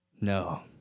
No